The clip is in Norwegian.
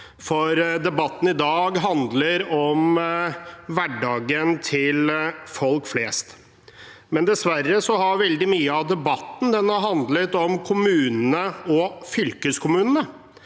for debatten i dag handler om hverdagen til folk flest. Dessverre har veldig mye av debatten handlet om kommunene og fylkeskommunene,